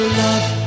love